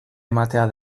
ematea